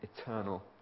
eternal